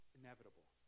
inevitable